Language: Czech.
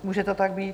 Může to tak být?